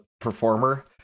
performer